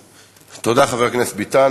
תודה, חבר הכנסת ביטן.